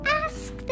ask